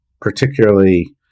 particularly